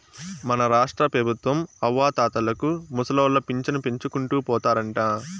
మన రాష్ట్రపెబుత్వం అవ్వాతాతలకు ముసలోళ్ల పింఛను పెంచుకుంటూ పోతారంట